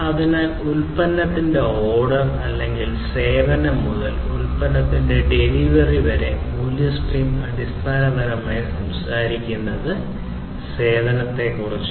അതിനാൽ ഉൽപ്പന്നത്തിന്റെ ഓർഡർ അല്ലെങ്കിൽ സേവനം മുതൽ ഉൽപ്പന്നത്തിന്റെ ഡെലിവറി വരെ വാല്യൂ സ്ട്രീം അടിസ്ഥാനപരമായി സംസാരിക്കുന്നത് സേവനത്തെക്കുറിച്ചാണ്